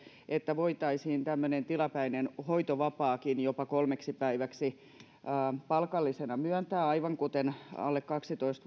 että voitaisiin tämmöinen tilapäinen hoitovapaa jopa kolmeksi päiväksi palkallisena myöntää aivan kuten alle kaksitoista